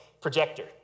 projector